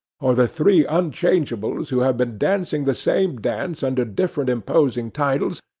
or the three unchangeables who have been dancing the same dance under different imposing titles,